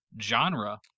genre